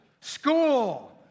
School